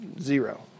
Zero